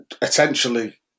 Potentially